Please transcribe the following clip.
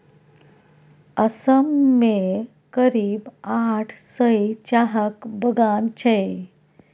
असम मे करीब आठ सय चाहक बगान छै